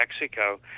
mexico